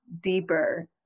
deeper